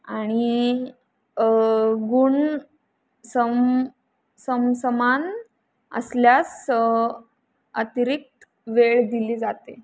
आणि गुण सम समसमान असल्यास अतिरिक्त वेळ दिली जाते